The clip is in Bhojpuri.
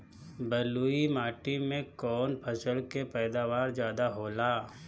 बालुई माटी में कौन फसल के पैदावार ज्यादा होला?